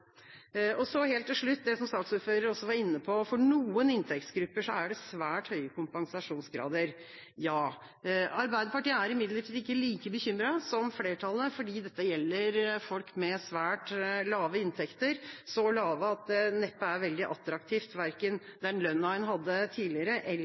Helt til slutt, som saksordføreren også var inne på: For noen inntektsgrupper er det svært høye kompensasjonsgrader – ja. Arbeiderpartiet er imidlertid ikke like bekymret som flertallet, fordi dette gjelder folk med svært lave inntekter – så lave at verken den lønna en hadde tidligere eller pensjonen, neppe er veldig